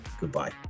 goodbye